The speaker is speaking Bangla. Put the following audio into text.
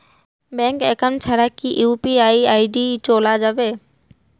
ব্যাংক একাউন্ট ছাড়া কি ইউ.পি.আই আই.ডি চোলা যাবে?